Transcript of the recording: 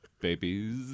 Babies